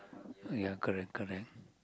ya correct correct